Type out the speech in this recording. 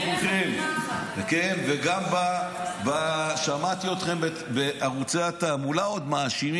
שיפתח לנו איזו תורת לחימה חדשה.